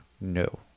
No